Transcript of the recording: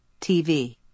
TV